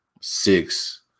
six